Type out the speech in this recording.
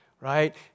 Right